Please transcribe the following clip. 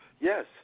yes